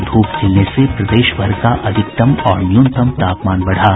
और धूप खिलने से प्रदेशभर का अधिकतम और न्यूनतम तापमान बढ़ा